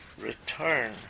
return